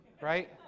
right